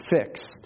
fixed